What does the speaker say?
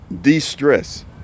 de-stress